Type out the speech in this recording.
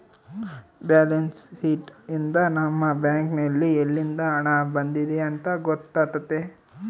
balance sheet ಯಿಂದ ನಮ್ಮ bank ನಲ್ಲಿ ಯಲ್ಲಿಂದ ಹಣ ಬಂದಿದೆ ಅಂತ ಗೊತ್ತಾತತೆ